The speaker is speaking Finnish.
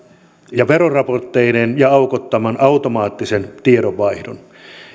ja veroraportteineen ja aukottoman automaattisen tiedonvaihdon